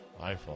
iPhone